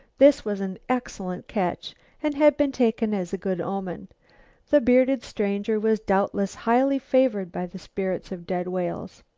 this was an excellent catch and had been taken as a good omen the bearded stranger was doubtless highly favored by the spirits of dead whales.